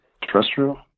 terrestrial